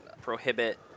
prohibit